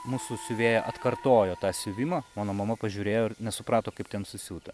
mūsų siuvėja atkartojo tą siuvimą mano mama pažiūrėjo ir nesuprato kaip ten susiūta